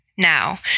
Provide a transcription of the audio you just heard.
Now